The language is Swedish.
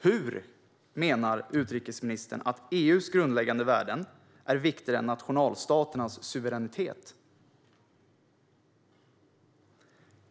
Hur menar utrikesministern att EU:s grundläggande värden är viktigare än nationalstaternas suveränitet?